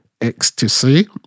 ecstasy